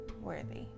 worthy